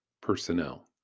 personnel